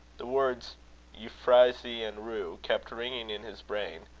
the words euphrasy and rue kept ringing in his brain,